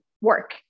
work